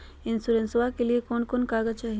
इंसोरेंसबा के लिए कौन कागज चाही?